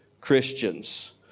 Christians